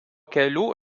kelių